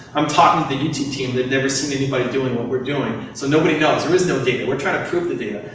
i'm talking to the youtube team. they've never seen anybody doing what we're doing. so nobody knows. there is no data. we're trying to prove the data.